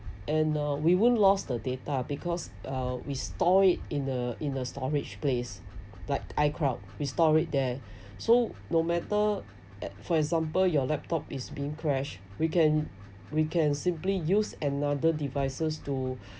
and uh we won't lost the data because uh we store it in a in a storage place like icloud we store it there so no matter at for example your laptop is being crash we can we can simply use another devices to